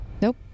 Nope